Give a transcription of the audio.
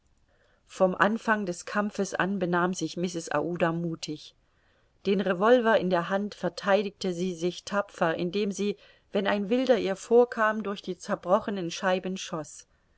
vom anfang des kampfes an benahm sich mrs aouda muthig den revolver in der hand vertheidigte sie sich tapfer indem sie wenn ein wilder ihr vorkam durch die zerbrochenen scheiben